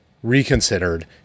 reconsidered